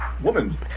woman